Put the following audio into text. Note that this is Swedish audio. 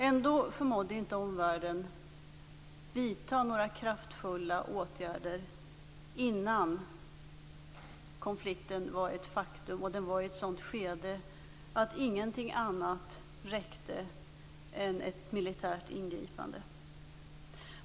Ändå förmådde inte omvärlden vidta några kraftfulla åtgärder innan konflikten var ett faktum och den var i ett sådant skede att ingenting annat räckte än ett militärt ingripande.